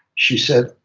she said,